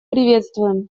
приветствуем